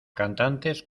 cantantes